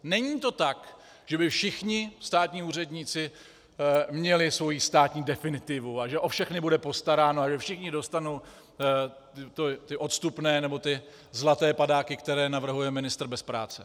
Není to tak, že by všichni státní úředníci měli svoji státní definitivu a že o všechny bude postaráno a že všichni dostanou odstupné nebo ty zlaté padáky, které navrhuje ministr bez práce.